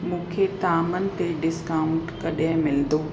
मूंखे तामनि ते डिस्काउंट कॾहिं मिलिदो